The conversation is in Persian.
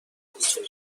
کوچه